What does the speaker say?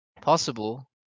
possible